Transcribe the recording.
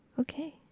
Okay